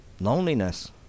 Loneliness